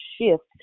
shift